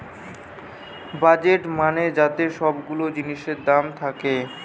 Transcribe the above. budget মানে যাতে সব গুলা জিনিসের দাম থাকে